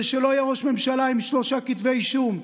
שלא יהיה ראש ממשלה עם שלושה כתבי אישום?